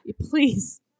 Please